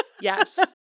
Yes